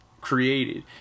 created